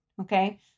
okay